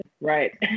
right